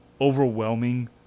overwhelming